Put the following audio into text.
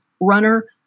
runner